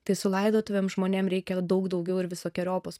tai su laidotuvėm žmonėm reikia daug daugiau ir visokeriopos